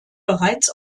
bereits